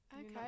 Okay